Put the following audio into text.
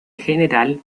general